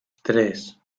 tres